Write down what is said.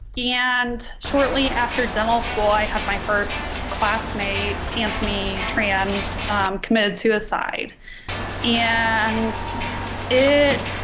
and shortly after dental school i had my first classmate anthony tran committed suicide and it